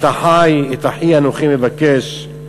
את אחי אנוכי מבקש.